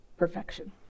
Perfection